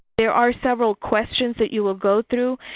there are several questions that you will go through.